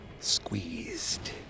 squeezed